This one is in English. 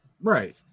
Right